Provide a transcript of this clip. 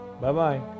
Bye-bye